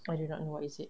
I do not know what is it